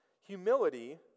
humility